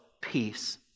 peace